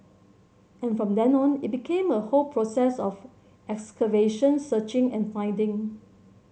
and from then on it became a whole process of excavation searching and finding